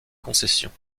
concessions